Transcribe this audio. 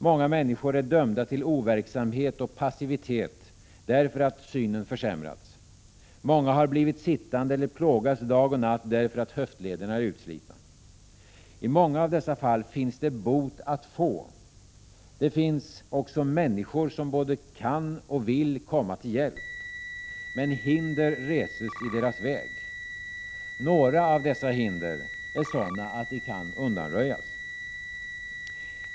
Många människor är dömda till overksamhet och passivitet därför att synen försämrats. Många har blivit sittande eller plågas dag och natt därför att höftlederna är utslitna. I många av dessa fall finns det bot att få. Det finns också människor som både kan och vill komma till hjälp, men hinder reses i deras väg. Några av dessa hinder är sådana att de kan undanröjas.